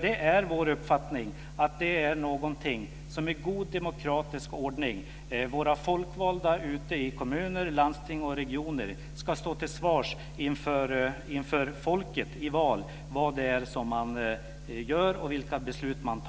Det är vår uppfattning att våra folkvalda i kommuner, landsting och regioner i god demokratisk ordning ska stå till svars inför folket i val när det gäller det man gör och de beslut man